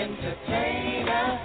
Entertainer